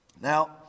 Now